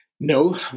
No